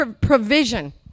provision